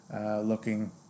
looking